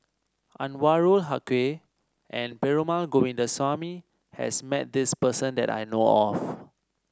Anwarul Haque and Perumal Govindaswamy has met this person that I know of